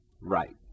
Right